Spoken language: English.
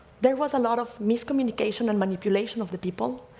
there was a lot of miscommunication and manipulation of the people,